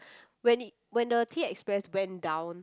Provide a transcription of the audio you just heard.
when it when the Tea Express went down